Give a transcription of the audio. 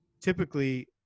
typically –